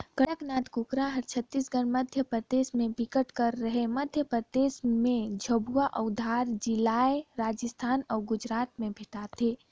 कड़कनाथ कुकरा हर छत्तीसगढ़, मध्यपरदेस में बिकट कर हे, मध्य परदेस में झाबुआ अउ धार जिलाए राजस्थान अउ गुजरात में भेंटाथे